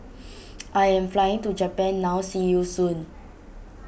I am flying to Japan now see you soon